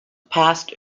past